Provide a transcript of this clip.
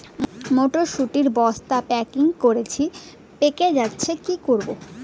মটর শুটি বস্তা প্যাকেটিং করেছি পেকে যাচ্ছে কি করব?